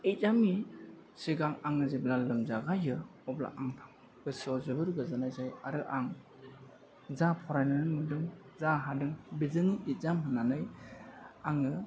इगजामनि सिगां आङो जेब्ला लोमजागायो अब्ला आंनाव गोसोयाव जोबोत गोजोननाय जायो आरो आं जा फारायनानै मोनदों जा हादों बिजोंनो इगजाम होनानै आङो